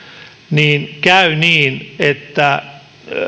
niin käy niin että